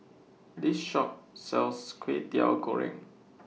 This Shop sells Kway Teow Goreng